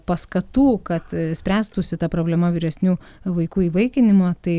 paskatų kad spręstųsi ta problema vyresnių vaikų įvaikinimo tai